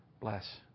bless